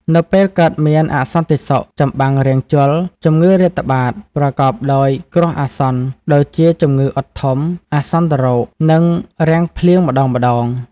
នៅពេលកើតមានអសន្តិសុខ ចម្បាំងរាំងជល ជំងឺរាតត្បាត ប្រកបដោយគ្រោះអាសន្នដូចជាជំងឺអុតធំ អាសន្នរោគ និងរាំងភ្លៀងម្ដងៗ។